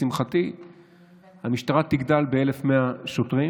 לשמחתי המשטרה תגדל ב-1,100 שוטרים